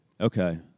Okay